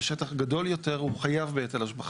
בשטח גדול יותר, הוא חייב בהיטל השבחה.